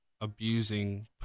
abusing